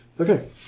Okay